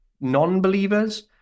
non-believers